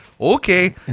okay